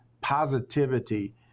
positivity